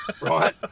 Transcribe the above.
Right